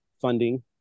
funding